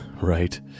right